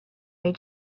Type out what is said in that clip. may